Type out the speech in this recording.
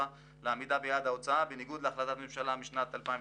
לעמידה ביעד ההוצאה בניגוד להחלטת ממשלה מ-2016,